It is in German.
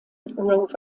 rovers